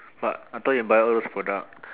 but I thought you will buy those products